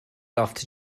after